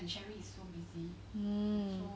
um